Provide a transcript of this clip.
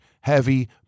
heavy